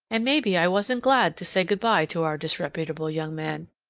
and maybe i wasn't glad to say good-by to our disreputable young man!